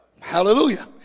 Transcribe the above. Hallelujah